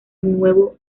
nuevo